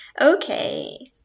Okay